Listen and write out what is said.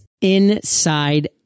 Inside